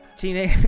teenage